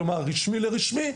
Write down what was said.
כלומר רשמי לרשמי,